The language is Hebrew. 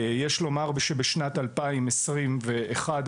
יש לומר שבשנת 2021,